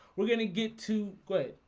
we're gonna get to good.